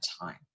time